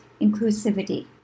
inclusivity